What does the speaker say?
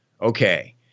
okay